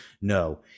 no